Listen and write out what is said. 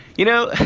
you know,